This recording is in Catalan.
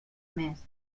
més